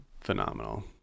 phenomenal